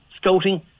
scouting